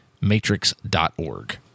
Matrix.org